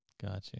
Gotcha